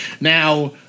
Now